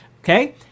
okay